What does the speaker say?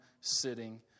sitting